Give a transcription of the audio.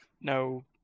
no